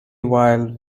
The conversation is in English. while